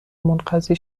منقضی